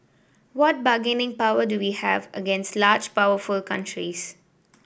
what bargaining power do we have against large powerful countries